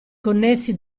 connessi